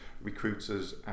recruiters